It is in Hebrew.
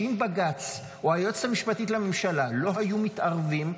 שאם בג"ץ או היועצת המשפטית לממשלה לא היו מתערבים,